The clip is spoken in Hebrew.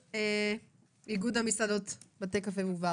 ואיגוד המסעדות בתי קפה וברים.